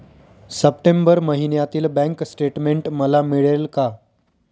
September महिन्यातील bank statement मला मिळेल का?